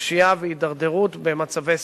פשיעה והידרדרות במצבי סיכון.